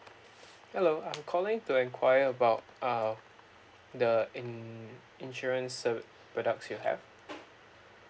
hello I'm calling to enquire about uh the in~ insurance ser~ products you have